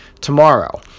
tomorrow